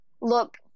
look